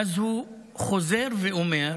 ואז הוא חוזר ואומר: